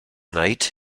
night